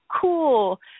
cool